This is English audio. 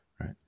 right